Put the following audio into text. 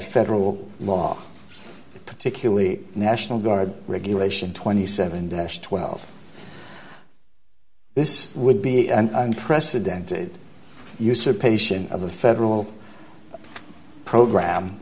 federal law particularly national guard regulation twenty seven desh twelve this would be an unprecedented usurpation of the federal program